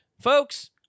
Folks